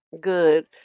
Good